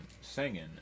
singing